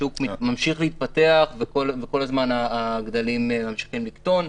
השוק ממשיך להתפתח וכל הזמן הגדלים ממשיכים לקטון.